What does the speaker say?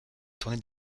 tournée